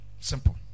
Simple